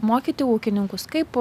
mokyti ūkininkus kaip